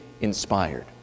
inspired